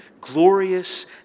glorious